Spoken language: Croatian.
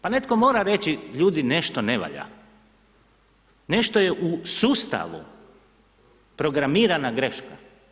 Pa netko mora reći ljudi nešto ne valja, nešto je u sustavu, programirana greška.